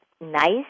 nice